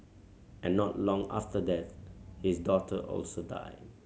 and not long after that his daughter also died